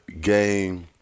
game